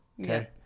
Okay